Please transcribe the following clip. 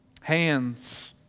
Hands